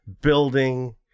building